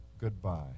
goodbye